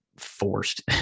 Forced